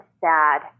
sad